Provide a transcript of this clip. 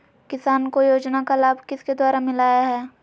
किसान को योजना का लाभ किसके द्वारा मिलाया है?